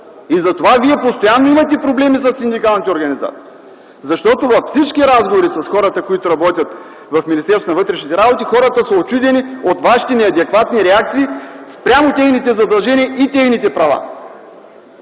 Затова Вие постоянно имате проблеми със синдикалните организации, защото във всички разговори с хората, които работят в Министерството на вътрешните работи, те са учудени от вашите неадекватни реакции спрямо техните задължения и техните права.